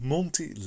Monty